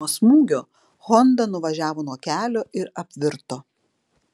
nuo smūgio honda nuvažiavo nuo kelio ir apvirto